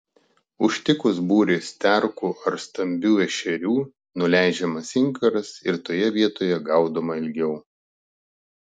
užtikus būrį sterkų ar stambių ešerių nuleidžiamas inkaras ir toje vietoje gaudoma ilgiau